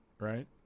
right